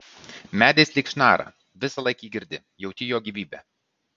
medis lyg šnara visąlaik jį girdi jauti jo gyvybę